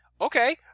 Okay